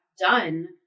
done